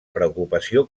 preocupació